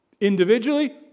individually